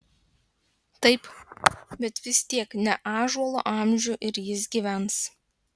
taip bet vis tiek ne ąžuolo amžių ir jis gyvens